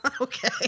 Okay